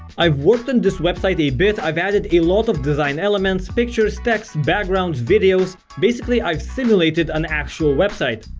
i've worked on this website a bit i've added a lot of design elements pictures, text, backgrounds, videos. basically, i've simulated an actual website.